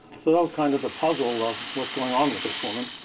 so that was kind of the puzzle of what's going on with this woman,